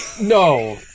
No